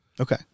Okay